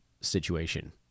situation